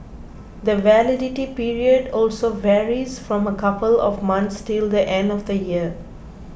the validity period also varies from a couple of months till the end of the year